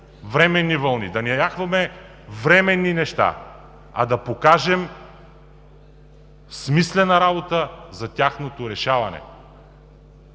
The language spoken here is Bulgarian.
временни вълни, да не яхваме временни неща, а да покажем смислена работа за тяхното решаване.